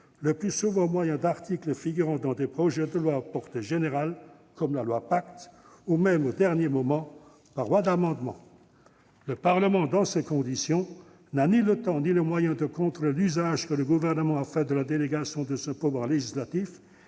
le plus souvent au moyen d'articles figurant dans des projets de loi à portée générale comme la loi Pacte, ou même, au dernier moment, par voie d'amendement. Le Parlement, dans ces conditions, n'a ni le temps ni les moyens de contrôler l'usage que le Gouvernement a fait de la délégation de son pouvoir législatif.